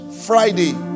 Friday